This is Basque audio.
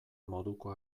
moduko